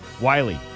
Wiley